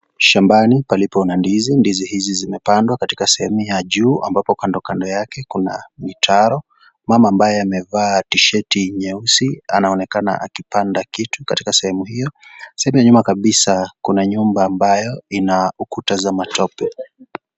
Shambani palipo na ndizi. Ndizi hizi zimepandwa katika sehemu ya juu ambapo kando kando yake kuna mitaro. Mama ambaye amevaa tisheti nyeusi anaonekana akipanda kitu katika sehemu hiyo. Sehemu ya nyuma kabisa kuna nyumba ambayo ina ukuta za matope.